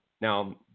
Now